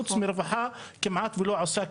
חוץ מרווחה כמעט ולא עושה כלום.